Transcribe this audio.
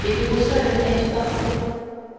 et que vous seul êtes parfait